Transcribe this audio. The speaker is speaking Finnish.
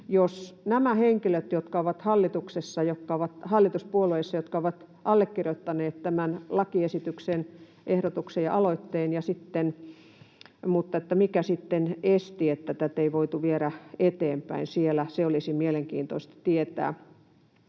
hallituksessa, jotka ovat hallituspuolueissa, ovat allekirjoittaneet tämän lakiesityksen, ehdotuksen ja aloitteen. Mutta mikä sitten esti, että tätä ei voitu viedä eteenpäin siellä? Se olisi mielenkiintoista tietää.